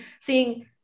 seeing